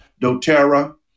doTERRA